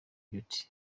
beauty